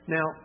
Now